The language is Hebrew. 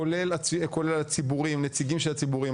כולל נציגים של הציבורים,